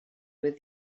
with